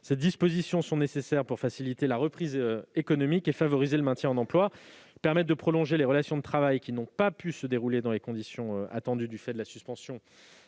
Ces dispositions sont nécessaires pour faciliter la reprise économique et favoriser le maintien de l'emploi. Elles permettent de prolonger les relations de travail qui n'ont pas pu se dérouler dans les conditions attendues du fait de la suspension